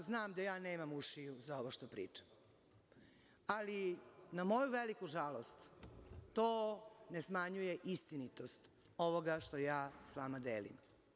Znam ja da nema ušiju za ovo što pričam, ali na moju veliku žalost, to ne smanjuje istinitost ovoga što ja s vama delim.